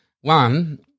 One